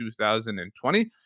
2020